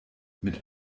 mit